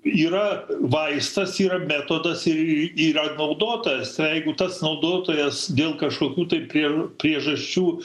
yra vaistas yra metodas ir yra naudotojas ir jeigu tas naudotojas dėl kažkokių tai prie priežasčių